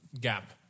gap